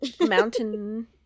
Mountain